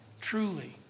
truly